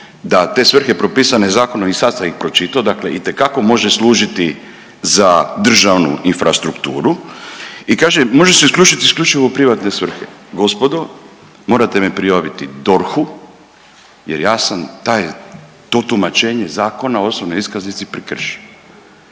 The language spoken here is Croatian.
da te svrhe propisane zakonom i sad sam ih pročitao, dakle itekako može služiti za državnu infrastrukturu i kaže može se služiti isključivo u privatne svrhe. Gospodo morate me prijaviti DORH-u jer ja sam to tumačenje Zakona o osobnoj iskaznici prekršio.